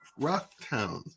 Rocktown